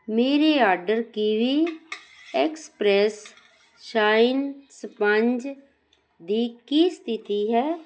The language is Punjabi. ਮੇਰੇ order Kiwi express shine sponge ਦੀ ਕੀ ਸਥਿਤੀ ਹੈ